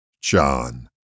John